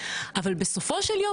אבל בסופו של יום,